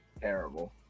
terrible